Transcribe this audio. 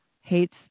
hates